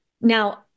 Now